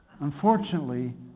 unfortunately